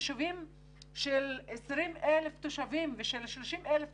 ישובים של 20,000 ו-30,000 תושבים,